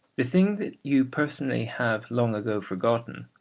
the thing that you personally have long ago forgotten,